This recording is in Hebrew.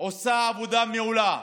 עושה עבודה מעולה,